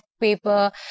paper